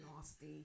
nasty